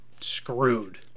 screwed